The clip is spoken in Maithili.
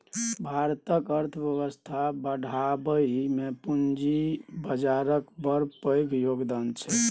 भारतक अर्थबेबस्था बढ़ाबइ मे पूंजी बजारक बड़ पैघ योगदान छै